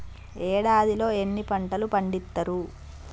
ఏడాదిలో ఎన్ని పంటలు పండిత్తరు?